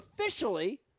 officially